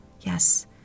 Yes